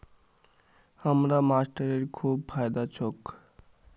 हरा मटरेर खूब फायदा छोक